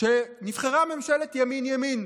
שנבחרה ממשלת ימין ימין.